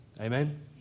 Amen